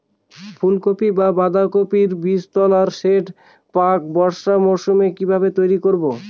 ফুলকপি বা বাঁধাকপির বীজতলার সেট প্রাক বর্ষার মৌসুমে কিভাবে তৈরি করব?